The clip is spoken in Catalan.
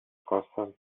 costes